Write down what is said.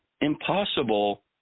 impossible